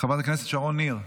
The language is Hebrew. חברת הכנסת שרון ניר.